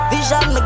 Vision